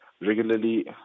regularly